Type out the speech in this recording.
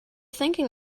thinking